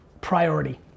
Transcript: priority